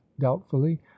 doubtfully